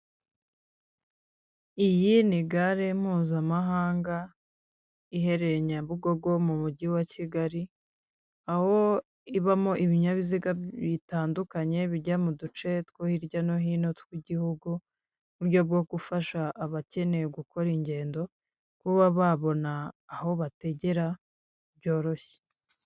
Iyi ni gare mpuzamahanga iherereye Nyabugogo, mu mujyi wa Kigali, aho ibamo ibinyabiziga bitandukanye bijya mu duce two hirya no hino tw'igihugu, mu buryo bwo gufasha abakeneye gukora ingendo kuba babona aho bategera byoroshye.